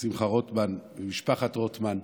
שמחה רוטמן ומשפחת רוטמן,